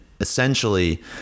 essentially